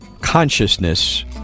consciousness